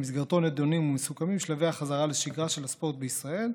שבמסגרתו נדונים ומסוכמים שלבי החזרה לשגרה של הספורט בישראל,